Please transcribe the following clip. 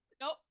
Nope